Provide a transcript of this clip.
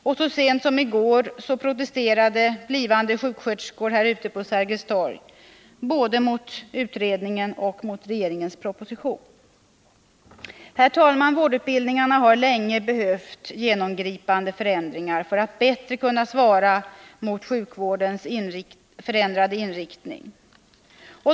Och så sent som i går protesterade blivande sjuksköterskor här ute på Sergels torg både mot utredningen och mot regeringens proposition. Herr talman! Vårdutbildningarna har länge behövt genomgripande förändringar för att bättre kunna svara mot sjukvårdens förändrade inriktning.